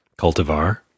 cultivar